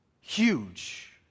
huge